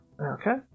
Okay